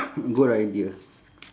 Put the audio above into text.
good idea